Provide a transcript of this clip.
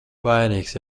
vainīgs